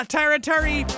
territory